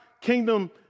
kingdom